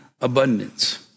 abundance